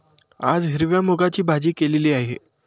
आज हिरव्या मूगाची भाजी केलेली आहे